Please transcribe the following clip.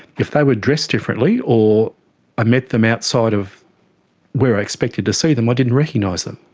if they were dressed differently or i met them outside of where i expected to see them, i didn't recognise them.